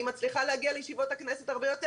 אני מצליחה להגיע לישיבות הכנסת הרבה יותר